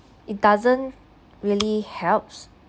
it doesn't really helps